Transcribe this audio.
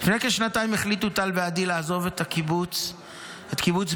כשנתיים החליטו טל ועדי לעזוב את קיבוץ בארי,